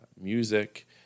music